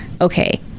okay